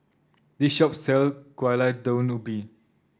this shop sells Gulai Daun Ubi